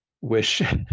wish